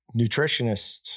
nutritionist